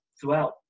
throughout